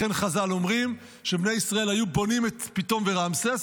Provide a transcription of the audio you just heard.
לכן חז"ל אומרים שבני ישראל היו בונים את פיתום ורעמסס,